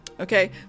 okay